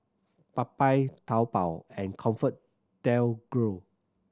Popeyes Taobao and ComfortDelGro